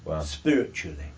spiritually